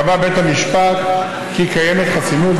קבע בית המשפט כי קיימת חסינות,